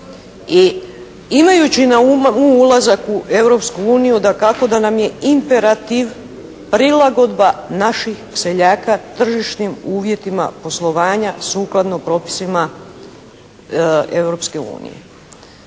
imajući na umu ulazak u Europsku uniju, dakako da nam je imperativ prilagodba naših seljaka tržišnim uvjetima poslovanja sukladno propisima